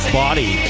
body